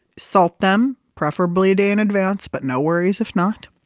salt them, preferably a day in advance, but no worries if not.